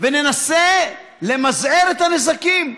וננסה למזער את הנזקים,